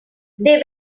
they